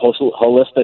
holistic